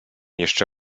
jeszcze